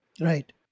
Right